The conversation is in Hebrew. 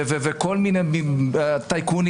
וכל מיני טייקונים,